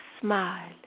smile